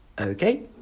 Okay